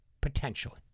potentially